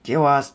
给我啊